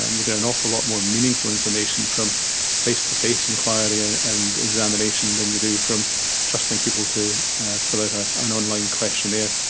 um you get an awful lot more meaningful information from face-to-face enquiry and and examination than you do from trusting people to fill out ah an online questionnaire.